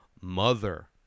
Mother